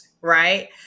right